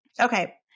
Okay